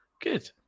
Good